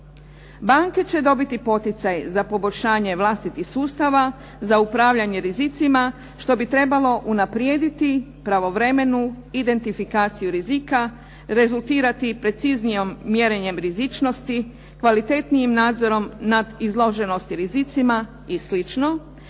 Banke će dobiti poticaj za poboljšanje vlastitih sustava za upravljanje rizicima što bi trebalo unaprijediti pravovremenu identifikaciju rizika, rezultirati preciznijim mjerenjem rizičnosti, kvalitetnijim nadzorom nad izloženosti rizicima i